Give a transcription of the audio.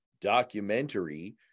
documentary